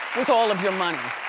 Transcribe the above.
with all of your money.